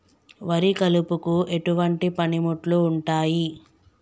వరి కలుపుకు ఎటువంటి పనిముట్లు ఉంటాయి?